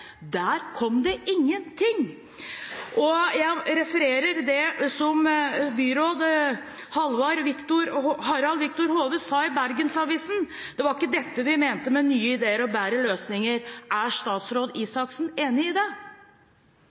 Der kom det ingenting. Jeg refererer det som byråd Harald Victor Hove sa til Bergens Tidende: «Det var ikke dette vi mente med «nye ideer, bedre løsninger».» Er statsråd Røe Isaksen enig i det?